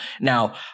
Now